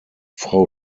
frau